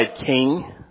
king